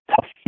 tough